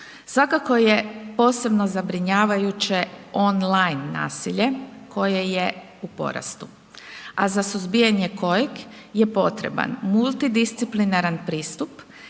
Svakako je posebno zabrinjavajuće online nasilje koje je u porastu a za suzbijanje kojeg je potreban multidisciplinaran pristup